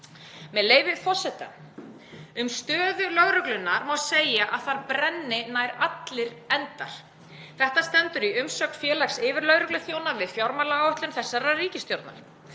Með leyfi forseta: „Um stöðu lögreglunnar má segja að þar brenni nær allir endar.“ Þetta stendur í umsögn Félags yfirlögregluþjóna við fjármálaáætlun þessarar ríkisstjórnar.